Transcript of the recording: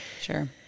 Sure